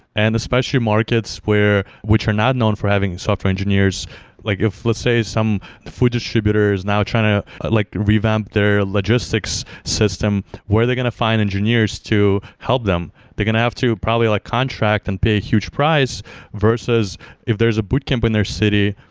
and especially markets which are not known for having software engineers like if let's say some food distributors now trying to like revamp their logistics system, where are they going to find engineers to help them? they're going to have to probably like contract and pay a huge price versus if there's a boot camp in their city,